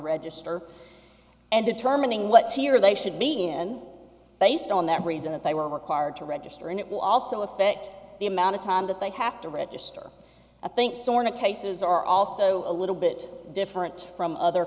register and determining what tier they should be in based on that reason that they were required to register and it will also affect the amount of time that they have to register i think sort of cases are also a little bit different from other